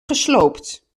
gesloopt